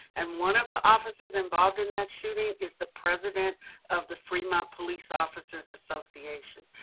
and one of the officers involved in that shooting is the president of the fremont police officers association.